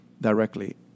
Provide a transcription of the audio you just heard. directly